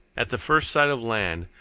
at the first sight of land,